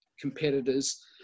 competitors